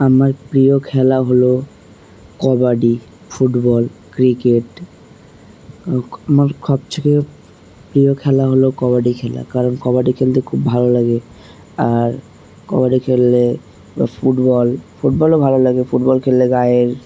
আমার প্রিয় খেলা হলো কবাডি ফুটবল ক্রিকেট আমার সবথেকে প্রিয় খেলা হলো কবাডি খেলা কারণ কবাডি খেলতে খুব ভালো লাগে আর কবাডি খেললে বা ফুটবল ফুটবলও ভালো লাগে ফুটবল খেললে গায়ের